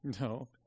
No